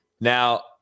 Now